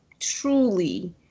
Truly